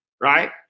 right